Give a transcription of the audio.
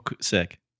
sick